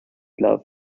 love